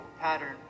pattern